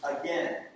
Again